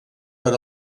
per